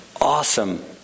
awesome